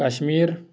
Kashmir